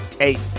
Eight